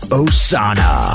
osana